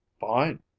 Fine